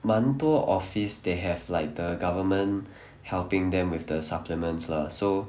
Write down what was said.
蛮多 office they have like the government helping them with the supplements lah so